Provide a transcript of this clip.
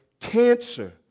Cancer